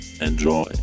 enjoy